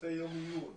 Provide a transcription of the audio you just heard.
עושה יום עיון,